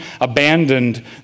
abandoned